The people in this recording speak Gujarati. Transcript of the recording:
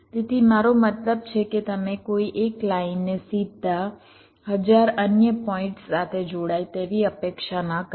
તેથી મારો મતલબ છે કે તમે કોઈ એક લાઇનને સીધા હજાર અન્ય પોઇન્ટ્સ સાથે જોડાય તેવી અપેક્ષા ન કરી શકો